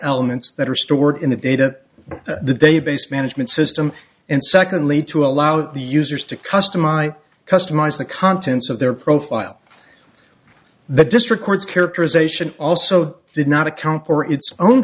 elements that are stored in the data the database management system and secondly to allow the users to customer i customize the contents of their profile the district court's characterization also did not account for its own